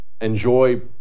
Enjoy